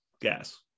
gas